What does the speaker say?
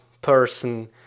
person